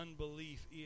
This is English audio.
unbelief